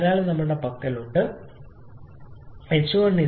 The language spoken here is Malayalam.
അതിനാൽ ഇത് ഞങ്ങളുടെ പക്കലുണ്ട് h1 137